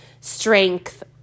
strength